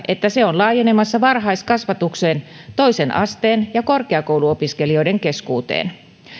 että se on laajenemassa varhaiskasvatukseen ja toisen asteen ja korkeakouluopiskelijoiden keskuuteen